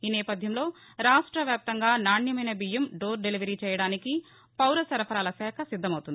ఈ నేపథ్యంలో రాష్ట వ్యాప్తంగా నాణ్యమైన బీయ్యం డోర్ డెలివరీ చేయడానికి పౌర సరఫరాల శాఖ సిద్దమవుతోంది